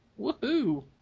Woohoo